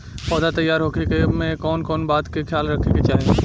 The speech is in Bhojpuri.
पौधा तैयार होखे तक मे कउन कउन बात के ख्याल रखे के चाही?